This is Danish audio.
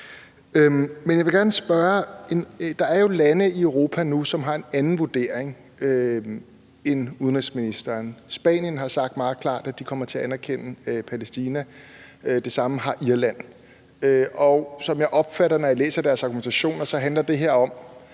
Der er jo lande i Europa nu, som har en anden vurdering end udenrigsministeren. Spanien har sagt meget klart, at de kommer til at anerkende Palæstina. Det samme har Irland. Og som jeg opfatter det, når jeg læser deres argumentation, handler det her om